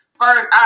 First